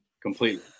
completely